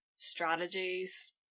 strategies